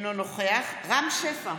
אינו נוכח רם שפע,